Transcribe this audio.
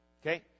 Okay